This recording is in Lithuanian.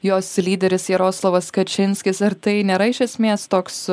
jos lyderis jaroslavas kačinskis ar tai nėra iš esmės toks